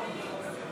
חברי